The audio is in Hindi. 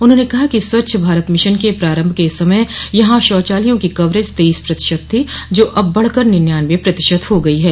उन्होंने कहा कि स्वच्छ भारत मिशन के प्रारम्भ के समय यहां शौचालयों की कवरेज तेईस प्रतिशत थी जो अब बढ़कर निंनयानवें प्रतिशत हो गई है